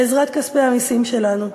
בעזרת כספי המסים שלנו.